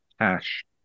cash